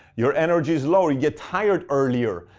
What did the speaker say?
your energy is lower. you get tired earlier.